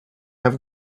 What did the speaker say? have